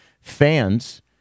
fans